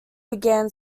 began